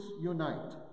unite